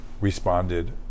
responded